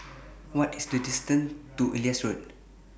What IS The distance to Elias Road